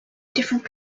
different